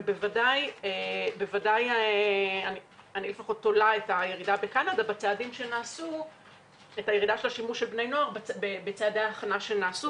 אני בוודאי תולה את הירידה בקנדה בשימוש של בני נוער בצעדי ההכנה שנעשו,